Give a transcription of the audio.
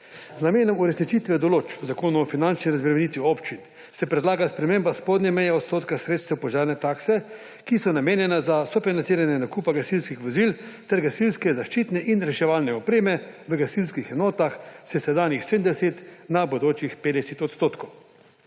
Z namenom uresničitve določbe Zakona o finančni razbremenitvi občin se predlaga sprememba spodnje meje odstotka sredstev požarne takse, ki so namenjena za sofinanciranje nakupa gasilskih vozil ter gasilske zaščitne in reševalne opreme v gasilskih enotah s sedanjih 70 % na bodočih 50 %.